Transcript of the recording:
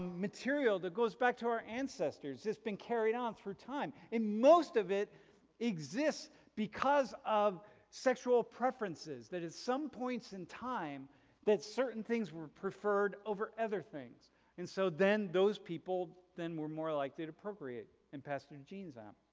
material that goes back to our ancestors. it's been carried on through time, and most of it exists because of sexual preferences that at some points in time that certain things were preferred over other things and so then those people then were more likely to appropriate and pass their genes um